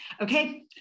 Okay